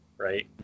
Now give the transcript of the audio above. Right